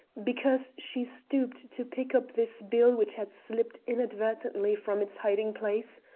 because she stooped to pick up this bill which had slipped inadvertently from its hiding-place?